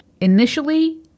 Initially